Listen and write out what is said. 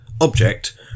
object